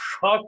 Fuck